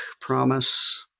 promise